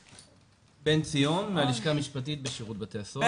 בן ציון מהלשכה המשפטית בשירות בתי הסוהר.